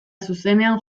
zuzenean